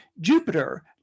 Jupiter